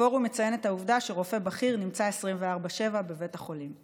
הפורום מציין את העובדה שרופא בכיר נמצא 24/7 בבית החולים.